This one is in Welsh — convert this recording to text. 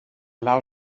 lawr